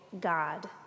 God